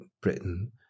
Britain